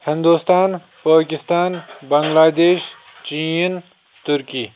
ہندوستان پٲکِستان بنٛگلادیش چیٖن تُرکی